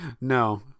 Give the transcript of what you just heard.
No